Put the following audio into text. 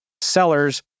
sellers